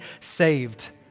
saved